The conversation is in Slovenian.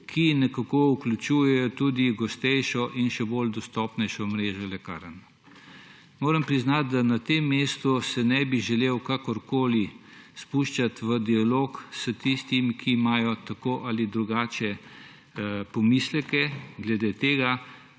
ki nekako vključuje tudi gostejšo in še bolj dostopnejšo mrežo lekarn. Moram priznati, da se na tem mestu ne bi želel kakorkoli spuščati v dialog s tistimi, ki imajo tako ali drugače pomisleke glede tega,